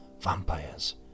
vampires